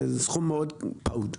זה סכום פעוט מאוד.